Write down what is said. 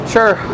Sure